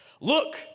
Look